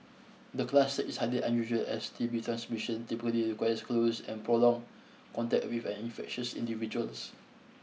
the class is highly unusual as T B transmission typically requires close and prolonged contact with an infectious individual